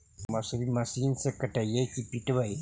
मसुरी मशिन से कटइयै कि पिटबै?